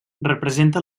representa